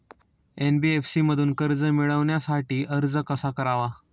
NBFC मधून कर्ज मिळवण्यासाठी अर्ज कसा करावा?